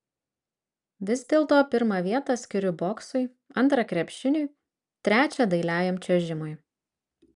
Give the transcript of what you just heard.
vis dėlto pirmą vietą skiriu boksui antrą krepšiniui trečią dailiajam čiuožimui